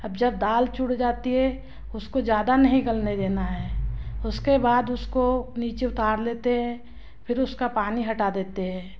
अब जब दाल चूर जाती है उसको ज़्यादा नहीं गलने देना है उसके बाद उसको नीचे उतार लेते हैं फिर उसका पानी हटा देते हैं